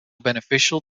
beneficial